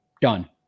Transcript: done